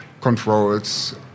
controls